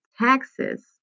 taxes